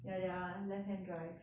ya they are left hand drive